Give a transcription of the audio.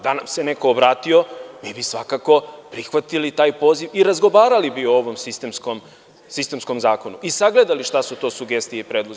Da nam se neko obratio mi bi svakako prihvatili taj poziv i razgovarali o ovom sistemskom zakonu i sagledali šta su to sugestije i predlozi.